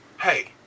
hey